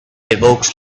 evokes